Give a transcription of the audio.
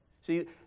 See